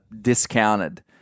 discounted